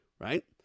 right